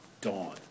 dawn